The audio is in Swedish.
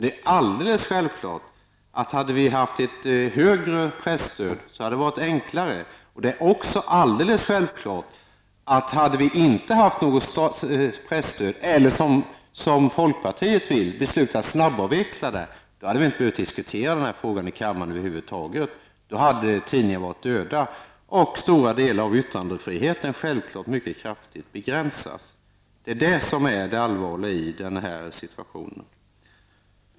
Det hade självfallet varit enklare om vi hade haft ett högre presstöd, och det är alldeles självklart att hade vi inte haft något presstöd eller beslutat att snabbavveckla det, som folkpartiet vill, hade vi inte behövt diskutera den här frågan i kammaren över huvud taget. Då hade tidningarna varit döda och stora delar av yttrandefriheten mycket kraftigt begränsad. Detta är det allvarliga i den här situationen.